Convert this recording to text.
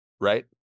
right